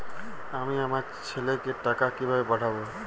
আমি আমার ছেলেকে টাকা কিভাবে পাঠাব?